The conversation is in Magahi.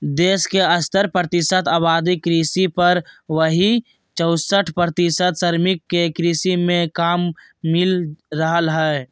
देश के सत्तर प्रतिशत आबादी कृषि पर, वहीं चौसठ प्रतिशत श्रमिक के कृषि मे काम मिल रहल हई